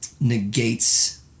negates